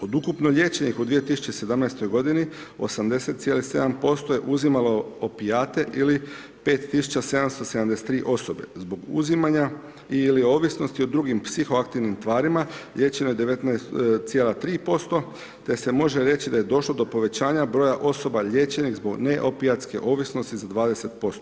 Od ukupno liječenih u 2017. g. 80,7% je uzimalo opijate ili 5773 osobe zbog uzimanja ili ovisnosti o drugim psihoaktivnim tvarima liječeno je 19,3% te se može reći da je došlo do povećanja broja osoba liječenih zbog neopijatske ovisnost za 20%